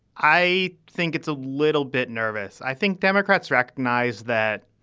i think it's a little bit nervous. i think democrats recognize that.